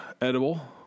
edible